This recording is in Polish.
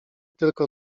tylko